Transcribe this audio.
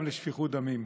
גם לשפיכות דמים.